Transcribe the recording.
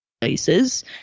places